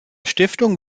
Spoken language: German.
stiftung